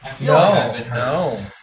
no